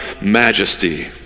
majesty